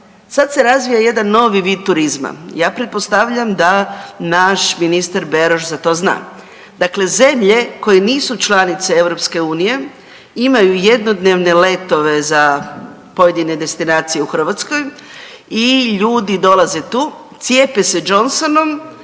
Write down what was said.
sada se razvija jedan novi vid turizma, ja pretpostavljam da naš ministar Beroš za to zna. Dakle, zemlje koje nisu članice Europske unije imaju jednodnevne letove za pojedine destinacije u Hrvatskoj i ljudi dolaze tu, cijepe se Johnsonom